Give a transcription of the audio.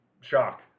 shock